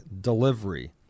delivery